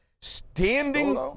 standing